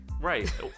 Right